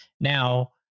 Now